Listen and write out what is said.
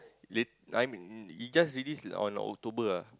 late I mean it just release on October ah